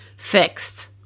Fixed